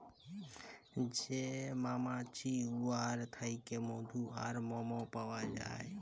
যে মমাছি উয়ার থ্যাইকে মধু আর মমও পাউয়া যায়